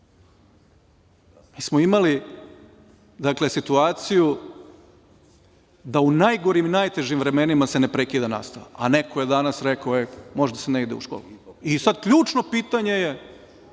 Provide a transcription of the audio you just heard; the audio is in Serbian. Mi smo imali situaciju da u najgorim i najtežim vremenima se ne prekida nastava. A, neko je danas rekao – može da se ne ide u školu. Sada je ključno pitanje…Što